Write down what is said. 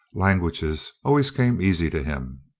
languages always came easy to him.